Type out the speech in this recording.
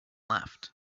left